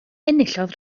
enillodd